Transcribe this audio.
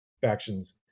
factions